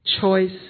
choice